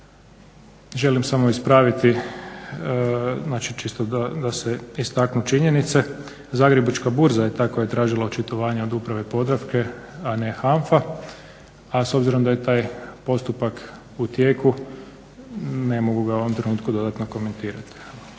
Želim samo ispraviti, znači čisto da se istaknu činjenice. Zagrebačka burza je ta koja je tražila očitovanja od Uprave Podravke, a ne HANFA a s obzirom da je taj postupak u tijeku ne mogu ga u ovom trenutku dodatno komentirati. Hvala